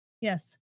Yes